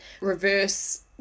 reverse